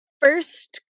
first